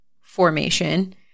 formation